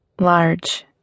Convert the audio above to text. large